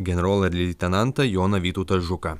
generolą ir leitenantą joną vytautą žuką